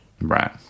Right